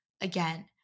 again